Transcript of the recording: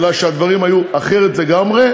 אלא שהדברים היו אחרת לגמרי,